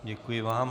Děkuji vám.